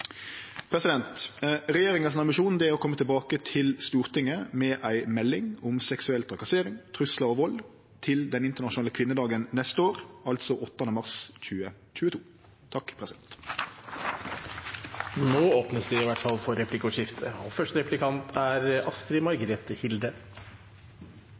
Regjeringa sin ambisjon er å kome tilbake til Stortinget med ei melding om seksuell trakassering, truslar og vald til den internasjonale kvinnedagen neste år, altså 8. mars 2022. Det blir replikkordskifte. Statsråden viste til resultater fra undersøkelser i